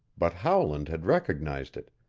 but howland had recognized it,